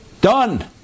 Done